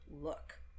look